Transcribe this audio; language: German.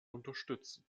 unterstützen